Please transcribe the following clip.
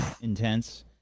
intense